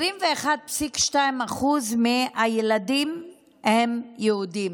21.2% מהילדים הם יהודים,